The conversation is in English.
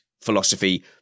philosophy